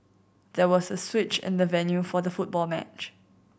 there was a switch in the venue for the football match